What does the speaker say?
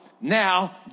Now